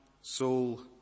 soul